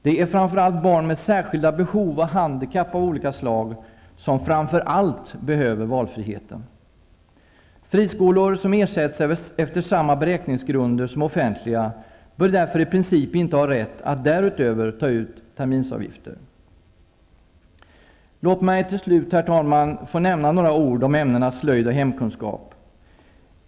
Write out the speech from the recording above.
Det är framför allt barn med särskilda behov och handikapp av olika slag som behöver valfriheten. Friskolor som får ersättning efter samma beräkningsgrunder som offentliga bör därför i princip inte ha rätt att därutöver ta ut terminsavgifter. Låt mig till slut, herr talman, få säga några ord om ämnena slöjd och hemkunskap.